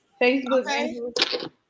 Facebook